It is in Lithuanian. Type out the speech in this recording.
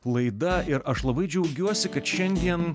laida ir aš labai džiaugiuosi kad šiandien